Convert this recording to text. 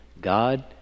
God